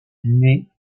naît